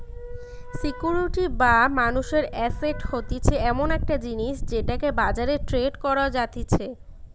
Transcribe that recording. security বা মানুষের asset হতিছে এমন একটা জিনিস যেটাকে বাজারে ট্রেড করা যাতিছে